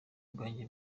bwanjye